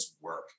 work